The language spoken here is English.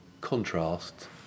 contrast